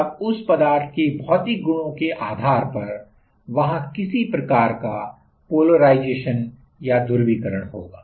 तब उस पदार्थ के भौतिक गुणों के आधार पर वहां किसी प्रकार का पोलराइजेशन होगा